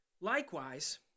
Likewise